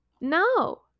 no